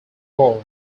born